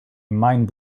mind